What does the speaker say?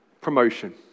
promotion